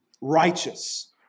righteous